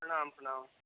प्रणाम प्रणाम